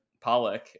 Pollock